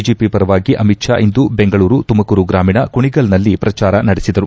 BJP ಪರವಾಗಿ ಅಮಿತ್ ಷಾ ಇಂದು ಬೆಂಗಳೂರು ತುಮಕೂರು ಗ್ರಾಮೀಣ ಕುಣಿಗಲ್ನಲ್ಲಿ ಪ್ರಚಾರ ನಡೆಸಿದರು